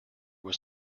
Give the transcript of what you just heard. was